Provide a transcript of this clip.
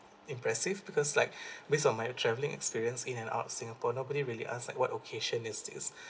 impressive because like based on my travelling experience in and out singapore nobody really ask like what occasion is this